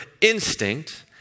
instinct